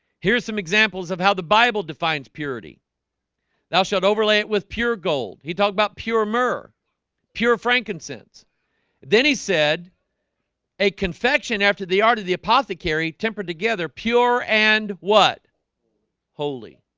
here's some examples of how the bible defines purity thou shalt overlay it with pure gold. he talked about pure. myrrh pure frankincense then he said a confection after the art of the apothecary tempered together pure and what holy